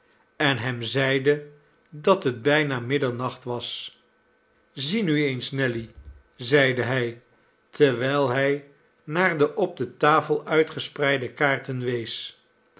en hem zeide dat het bijna middernacht was zie nu eens nelly zeide hij terwijl hij naar de op de tafel uitgespreide kaarten